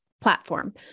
platform